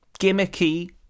gimmicky